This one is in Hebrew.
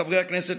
חברי הכנסת,